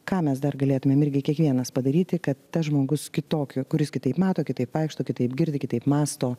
ką mes dar galėtumėm irgi kiekvienas padaryti kad tas žmogus kitokio kuris kitaip mato kitaip vaikšto kitaip girdi kitaip mąsto